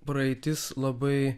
praeitis labai